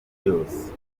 yose